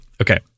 Okay